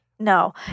No